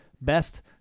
best